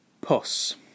Puss